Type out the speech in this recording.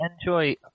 enjoy